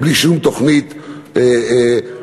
בלי שום תוכנית תוצאתית,